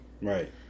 Right